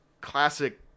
classic